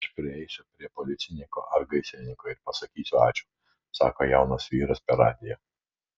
aš prieisiu prie policininko ar gaisrininko ir pasakysiu ačiū sako jaunas vyras per radiją